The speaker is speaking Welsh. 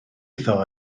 iddo